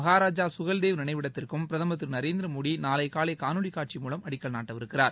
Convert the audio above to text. மஹாராஜாசுஹெல்தேவ் நினைவிடத்திற்கும் பிரதமர் திருநரேந்திரமோடிநாளைகாலைகாணொலிகாட்சி மூலம் அடிக்கல் நாட்டவிருக்கிறார்